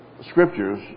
scriptures